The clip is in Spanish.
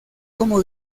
como